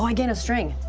i get a string.